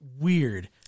weird